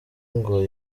ngo